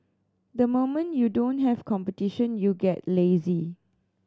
the moment you don't have competition you get lazy